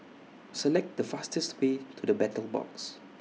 Select The fastest Way to The Battle Box